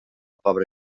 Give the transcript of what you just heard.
pobra